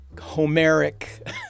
Homeric